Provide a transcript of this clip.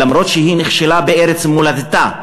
אף-על-פי שהיא נכשלה בארץ מולדתה,